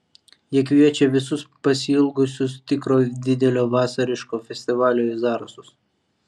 jie kviečia visus pasiilgusius tikro didelio vasariško festivalio į zarasus